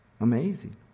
Amazing